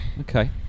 Okay